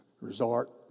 resort